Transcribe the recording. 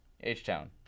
H-Town